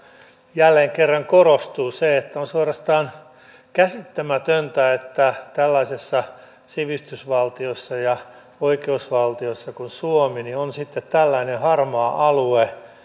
jälleen kerran korostuu se että on suorastaan käsittämätöntä että tällaisessa sivistysvaltiossa ja oikeusvaltiossa kuin suomi on sitten tällainen harmaa alue